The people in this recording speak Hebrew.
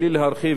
בלי להרחיב,